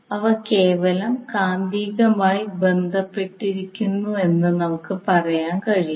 അവ കേവലം കാന്തികമായി ബന്ധപ്പെട്ടിരിക്കുന്നുവെന്ന് നമുക്ക് പറയാൻ കഴിയും